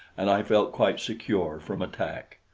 and i felt quite secure from attack.